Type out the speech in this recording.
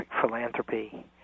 philanthropy